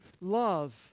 love